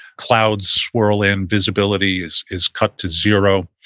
clouds swirl, and visibility is is cut to zero.